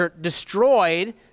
destroyed